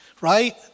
right